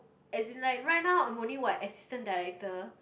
as in like right now I'm only what assistant director